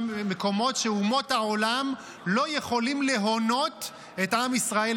מקומות שאומות העולם לא יכולות להונות את עם ישראל,